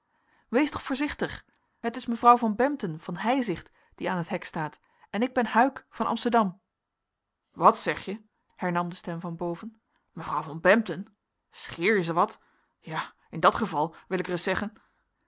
wees toch voorzichtig het is mevrouw van bempden van heizicht die aan het hek staat en ik ben huyck van amsterdam wat zeg je hernam de stem van boven mevrouw van bempden scheer je ze wat ja in dat geval wil ik ereis zeggen